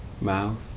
mouth